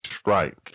strike